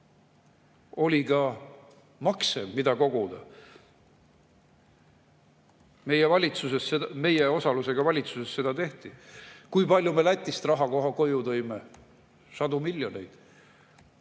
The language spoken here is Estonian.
Oli ka makse, mida koguda. Meie osalusega valitsuses seda tehti. Kui palju me Lätist raha koju tõime? Sadu miljoneid.